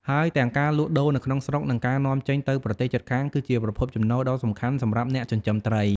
ហើយទាំងការលក់ដូរនៅក្នុងស្រុក និងការនាំចេញទៅប្រទេសជិតខាង គឺជាប្រភពចំណូលដ៏សំខាន់សម្រាប់អ្នកចិញ្ចឹមត្រី។